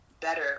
better